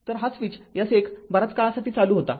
तर हा switch S १ बराच काळ चालू होता